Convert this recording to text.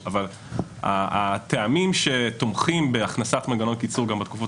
אבל הטעמים שתומכים בהכנסת מנגנון קיצור גם בתקופות